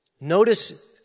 notice